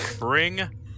Bring